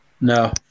No